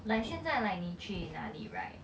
like 现在你去哪里 right